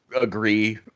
agree